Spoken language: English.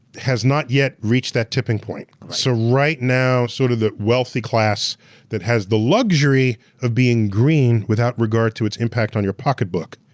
has not yet reached that tipping point. so, right now, sort of the wealthy class that has the luxury of being green without regard to its impact on your pocketbook,